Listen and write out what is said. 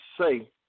say